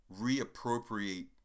reappropriate